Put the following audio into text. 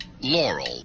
Laurel